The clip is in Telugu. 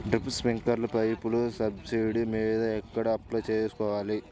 డ్రిప్, స్ప్రింకర్లు పైపులు సబ్సిడీ మీద ఎక్కడ అప్లై చేసుకోవాలి?